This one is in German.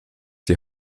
die